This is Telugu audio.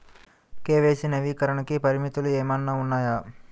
కే.వై.సి నవీకరణకి పరిమితులు ఏమన్నా ఉన్నాయా?